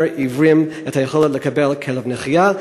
עיוורים את היכולת לקבל כלב נחייה.